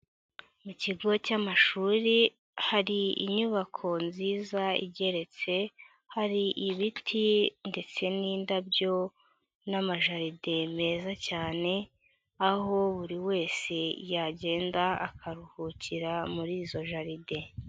Mu kigo cy'amashuri, hari inyubako nziza igeretse, hari ibiti ndetse n'indabyo n'amajaride meza cyane, aho buri wese yagenda akaruhukira muri izo jaride.